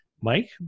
Mike